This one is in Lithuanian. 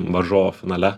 varžovo finale